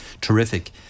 terrific